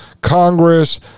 congress